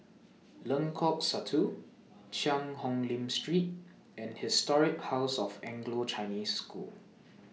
Lengkok Satu Cheang Hong Lim Street and Historic House of Anglo Chinese School